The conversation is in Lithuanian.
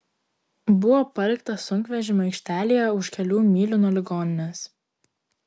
buvo paliktas sunkvežimių aikštelėje už kelių mylių nuo ligoninės